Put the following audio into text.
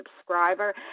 subscriber